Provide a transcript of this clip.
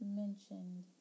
mentioned